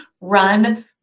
run